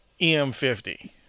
EM50